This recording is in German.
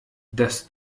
dass